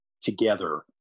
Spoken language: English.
together